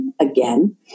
again